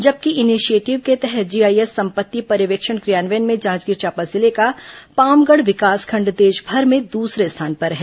जबकि इनीशिएटिव्ह के तहत जीआईएस संपत्ति पर्यवेक्षण क्रियान्वयन में जांजगीर चांपा जिले का पामगढ़ विकासखंड देशभर में दूसरे स्थान पर है